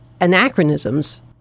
anachronisms